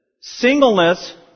singleness